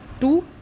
two